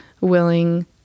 willing